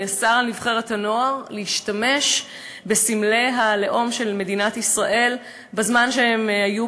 נאסר על נבחרת הנוער להשתמש בסמלי הלאום של מדינת ישראל כשהם השתתפו